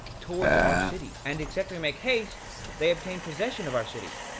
towards our city and except we make haste they obtain possession of our city,